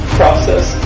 process